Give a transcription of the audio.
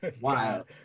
wow